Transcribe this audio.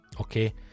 okay